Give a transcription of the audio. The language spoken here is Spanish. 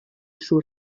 son